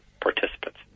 participants